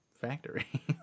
factory